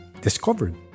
discovered